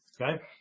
okay